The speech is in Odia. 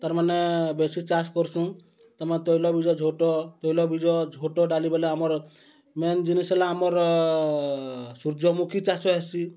ତା'ର୍ମାନେ ବେଶୀ ଚାଷ କର୍ସୁଁ ତା'ର୍ମାନେ ତୈଳବୀଜ ଝୋଟ ତୈଳବୀଜ ଝୋଟ ଡାଲି ବେଲେ ଆମର୍ ମେନ୍ ଜିନିଷ୍ ହେଲା ଆମର ସୂର୍ଯ୍ୟମୁଖୀ ଚାଷ ହେସି